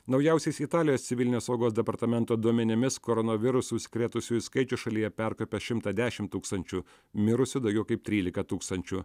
naujausiais italijos civilinės saugos departamento duomenimis koronavirusu užsikrėtusiųjų skaičius šalyje perkopė šimtą dešimt tūkstančių mirusių daugiau kaip trylika tūkstančių